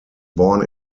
born